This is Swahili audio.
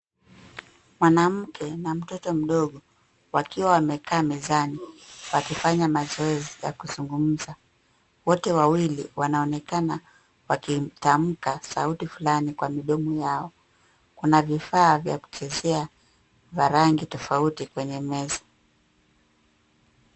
Mwanamke na mtoto mdogo wakiwa wamekaa mezani wakifanya mazoezi ya kuzungumza. Wote wawili wanaonekana wakitamka sauti fulani kwa midomo yao. Kuna vifaa vya kuchezea vya rangi tofauti kwenye meza.